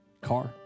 car